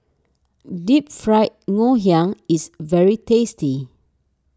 Deep Fried Ngoh Hiang is very tasty